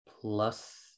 plus